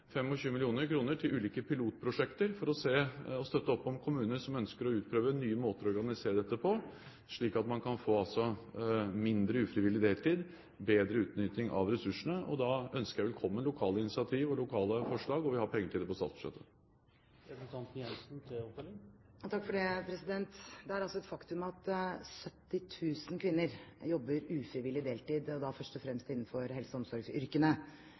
til ulike pilotprosjekter for å støtte opp under kommuner som ønsker å utprøve nye måter å organisere dette på, slik at man kan få mindre ufrivillig deltid og bedre utnytting av ressursene. Da ønsker jeg velkommen lokale initiativ og lokale forslag, og vi har penger til det på statsbudsjettet. Det er altså et faktum at 70 000 kvinner jobber ufrivillig deltid, da først og fremst innenfor helse- og omsorgsyrkene.